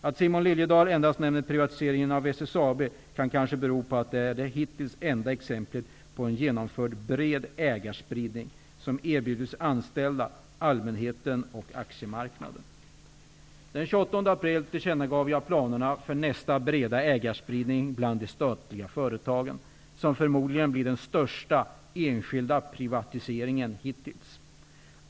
Att Simon Liliedahl endast nämner privatiseringen av SSAB kan kanske bero på att det är det hittills enda exemplet på en genomförd bred ägarspridning, som erbjudits anställda, allmänhet och aktiemarknad. Den 28 april tillkännagav jag planerna för nästa breda ägarspridning bland de statliga företagen, som förmodligen blir den största enskilda privatiseringen hittills.